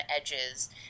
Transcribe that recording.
edges